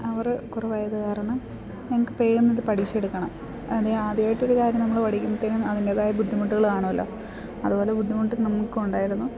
അവർ കുറവായത് കാരണം ഞങ്ങൾക്ക് പേന്നത് പഠിച്ചെടുക്കണം ആദ്യായിട്ടൊരു കാര്യം നമ്മള് പഠിക്കുന്നത്തേനും അതിൻ്റെതായ ബുദ്ധിമുട്ടുകള് കാണുവല്ലൊ അതുപോലെ ബുദ്ധിമുട്ടും നമുക്കുണ്ടായിരുന്നു